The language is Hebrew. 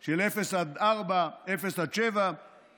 של 0 4 קילומטר, 0 7 קילומטר.